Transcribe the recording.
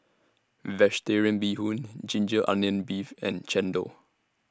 Vegetarian Bee Hoon Ginger Onions Beef and Chendol